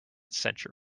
century